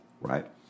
right